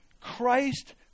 Christ